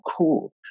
cool